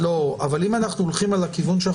אבל אם אנחנו הולכים על הכיוון שאנחנו